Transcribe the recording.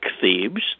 Thebes